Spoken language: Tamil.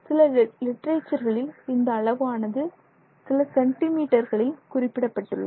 சில லிட்டரேச்சர்களில் இந்த அளவானது சில சென்டிமீட்டர்களில் குறிப்பிடப்பட்டுள்ளது